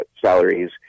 salaries